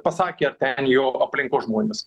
pasakė ar ten jo aplinkos žmonės